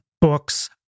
books